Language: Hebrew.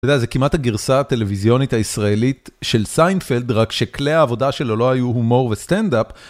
זה כמעט הגרסה הטלוויזיונית הישראלית של סיינפלד רק שכלי העבודה שלו לא היו הומור וסטנדאפ.